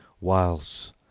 Whilst